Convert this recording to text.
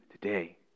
today